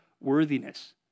worthiness